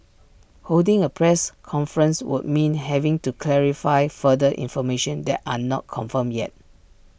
holding A press conference would mean having to clarify further information that are not confirmed yet